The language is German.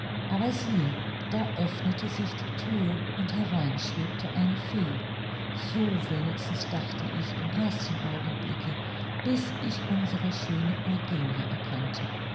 aber siehe da öffnete sich die thür und herein schwebte eine fee so wenigstens dachte ich im ersten augenblicke bis ich unsere schöne eugenie erkannte